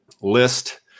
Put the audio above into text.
list